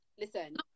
listen